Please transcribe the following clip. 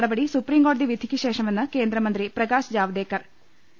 നടപടി സുപ്രീംകോടതി വിധിയ്ക്ക് ശേഷമെന്ന് കേന്ദ്രമന്ത്രി പ്രകാശ് ജാവ്ദേ ക്കർ ു